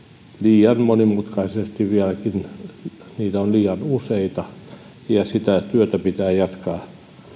liian monimutkaisia vieläkin niitä on liian useita ja sitä työtä pitää jatkaa